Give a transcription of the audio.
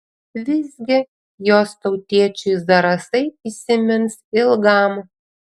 visgi jos tautiečiui zarasai įsimins ilgam